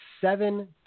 seven